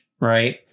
right